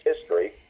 history